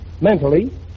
mentally